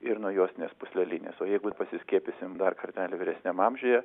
ir nuo juostinės pūslelinės o jeigu ir pasiskiepysim dar kartelį vyresniam amžiuje